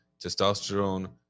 Testosterone